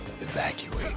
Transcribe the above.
evacuate